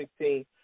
2016